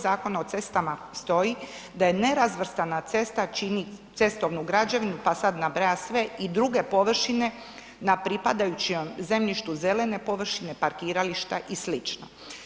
Zakona o cestama stoji da je nerazvrstana cesta čini cestovnu građevinu, pa sad nabraja sve i druge površine, na pripadajućem zemljištu zelene površine, parkirališta i slično.